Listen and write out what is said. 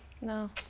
no